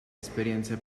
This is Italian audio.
esperienze